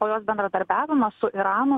o jos bendradarbiavimas su iranu